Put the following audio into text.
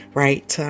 right